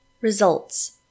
Results